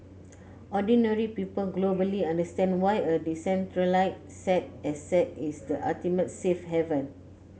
ordinary people globally understand why a decentralized asset is the ultimate safe haven